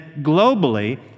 globally